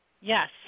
Yes